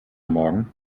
morgen